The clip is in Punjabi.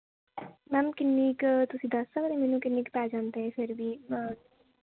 ਮੈਮ ਕਿੰਨੀ ਕੁ ਤੁਸੀਂ ਦੱਸ ਸਕਦੇ ਓ ਮੈਨੂੰ ਕਿੰਨੀ ਕੁ ਪੈ ਜਾਂਦਾ ਹੈ ਫਿਰ ਵੀ